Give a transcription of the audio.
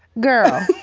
girl